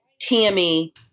Tammy